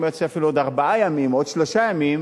אם הוא היה יוצא אפילו עוד ארבעה ימים או עוד שלושה ימים,